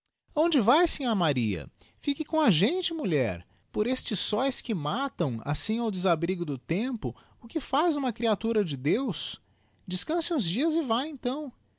aonde vae sinhá maria fique com a gente mulher por estes soes que matam assim ao desabrigo do tempo o que faz uma creatura de deus descance uns dias e vá então